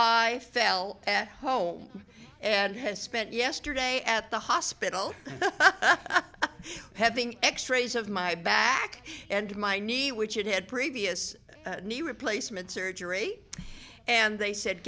i fell at home and had spent yesterday at the hospital having x rays of my back and my knee which had previous knee replacement surgery and they s